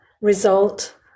result